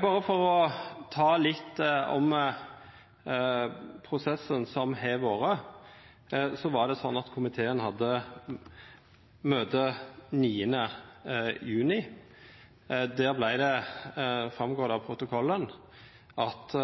Berre for å ta litt om prosessen som har vore: Det er sånn at komiteen hadde møte 9. juni, og det går fram av protokollen at